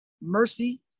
mercy